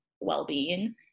well-being –